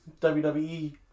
WWE